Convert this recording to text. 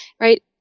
right